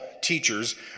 teachers